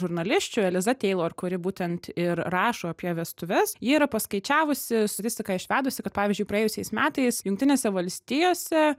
žurnalisčių eliza taylor kuri būtent ir rašo apie vestuves ji yra paskaičiavusi statistiką išvedusi kad pavyzdžiui praėjusiais metais jungtinėse valstijose